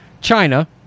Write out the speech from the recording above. China